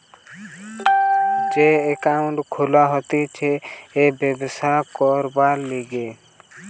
যে একাউন্ট খুলা হতিছে ব্যবসা করবার লিগে